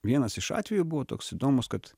vienas iš atvejų buvo toks įdomus kad